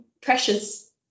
precious